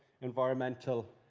environmental,